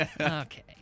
Okay